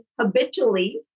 habitually